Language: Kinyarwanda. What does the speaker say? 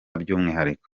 by’umwihariko